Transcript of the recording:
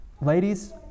Ladies